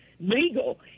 legal